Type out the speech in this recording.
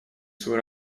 свою